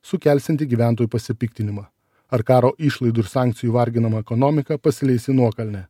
sukelsianti gyventojų pasipiktinimą ar karo išlaidų ir sankcijų varginamą ekonomiką pasileis į nuokalnę